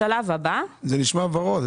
זה נשמע ורוד,